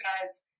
guys